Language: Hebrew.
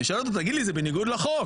אני שואל אותו, תגיד לי, זה בניגוד לחוק.